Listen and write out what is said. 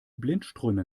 blindströme